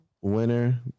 Winner